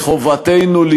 יש לכם רוב, יש לכם רוב.